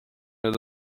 nad